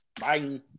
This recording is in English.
Bye